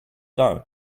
down